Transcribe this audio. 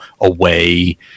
away